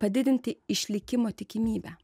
padidinti išlikimo tikimybę